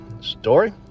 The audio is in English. story